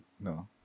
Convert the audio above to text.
No